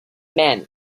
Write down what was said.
man